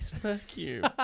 vacuum